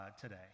today